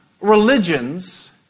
religions